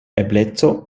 ebleco